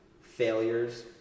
failures